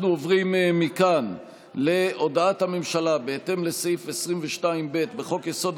אנחנו עוברים מכאן להודעת הממשלה בהתאם לסעיף 22(ב) לחוק-יסוד: